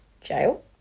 Jail